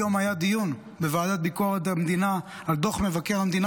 היום היה דיון בוועדת ביקורת המדינה על דוח מבקר המדינה